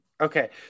Okay